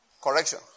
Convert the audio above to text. Correction